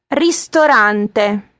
ristorante